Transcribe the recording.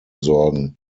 sorgen